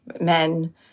men